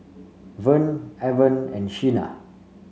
Vern Avon and Shena